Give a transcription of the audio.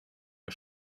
der